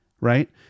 right